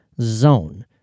zone